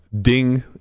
Ding